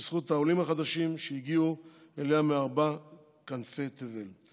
בזכות העולים החדשים שהגיעו אליה מארבע כנפי תבל.